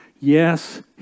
yes